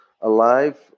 alive